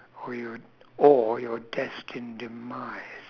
or your or your destined demise